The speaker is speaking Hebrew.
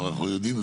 אנחנו יודעים,